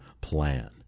plan